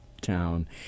town